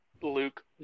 Luke